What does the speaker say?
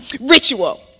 ritual